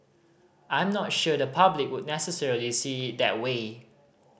I'm not sure the public would necessarily see it that way